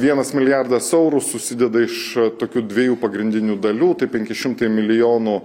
vienas milijardas eurų susideda iš tokių dviejų pagrindinių dalių tai penki šimtai milijonų